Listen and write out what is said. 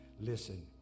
listen